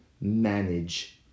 manage